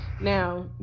Now